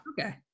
Okay